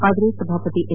ಆದರೆ ಸಭಾಪತಿ ಎಂ